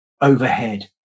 overhead